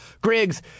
Griggs